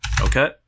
okay